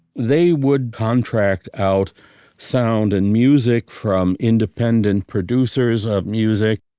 they would contract out sound and music from independent producers of music.